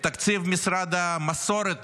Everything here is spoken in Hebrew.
את תקציב משרד המסורת